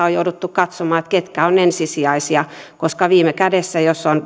on jouduttu katsomaan ketkä ovat ensisijaisia koska viime kädessä jos on